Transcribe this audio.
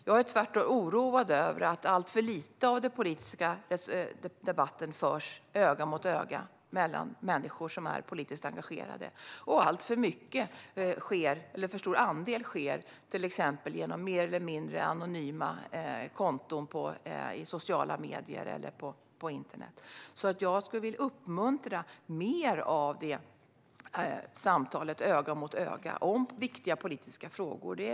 Jag är tvärtom oroad över att alltför lite av den politiska debatten förs öga mot öga mellan människor som är politiskt engagerade och att alltför stor andel sker till exempel genom mer eller mindre anonyma konton i sociala medier eller på internet. Jag skulle vilja uppmuntra till att föra mer av samtalet om viktiga politiska frågor öga mot öga.